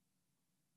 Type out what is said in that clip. מרכזי.